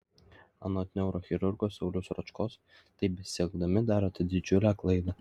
anot neurochirurgo sauliaus ročkos taip besielgdami darote didžiulę klaidą